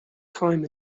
time